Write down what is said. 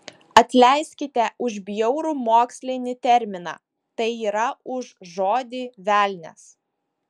atleiskite už bjaurų mokslinį terminą tai yra už žodį velnias